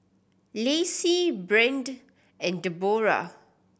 Lacy Brandt and Debora